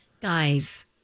Guys